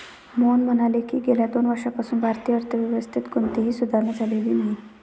मोहन म्हणाले की, गेल्या दोन वर्षांपासून भारतीय अर्थव्यवस्थेत कोणतीही सुधारणा झालेली नाही